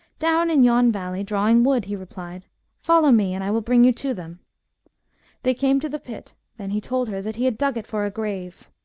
down in yon valley drawing wood he replied follow me, and i will bring you to them they came to the pit then he told her that he had dug it for a grave.